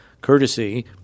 courtesy